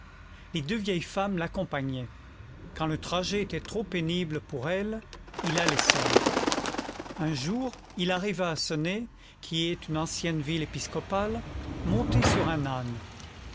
les deux vieilles femmes l'accompagnaient quand le trajet était trop pénible pour elles il allait seul un jour il arriva à senez qui est une ancienne ville épiscopale monté sur un âne